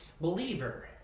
believer